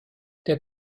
der